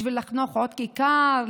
בשביל לחנוך עוד כיכר,